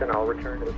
and i'll return it